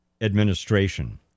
Administration